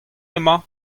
emañ